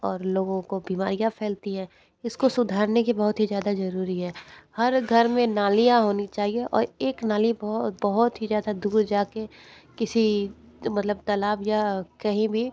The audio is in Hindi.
और लोगों को बीमारियाँ फैलती है इसको सुधारने की बहुत ही ज़्यादा जरूरी है हर घर में नालियाँ होनी चाहिए और एक नाली बहुत बहुत ही ज़्यादा दूर जा के किसी मतलब तलाब या कहीं भी